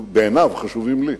שבעיניו היו חשובים לי.